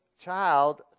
child